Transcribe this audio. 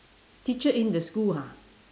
teacher in the school ha